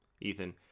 Ethan